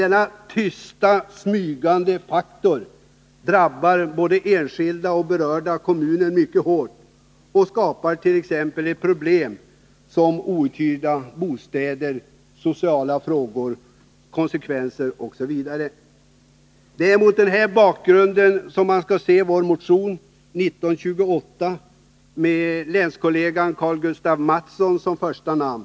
Denna tysta, smygande faktor drabbar både enskilda och berörda kommuner mycket hårt och skapar t.ex. problem med outhyrda bostäder och andra sociala konsekvenser. Men det är mot den här bakgrunden man skall vår motion 1928 med länskollegan Karl-Gustaf Mathsson som första man.